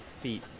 feet